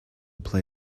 play